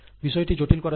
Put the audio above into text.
বিষয়টি জটিল করা যায়